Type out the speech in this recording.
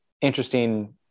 interesting